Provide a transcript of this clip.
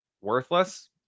worthless